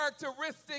characteristic